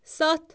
ستھ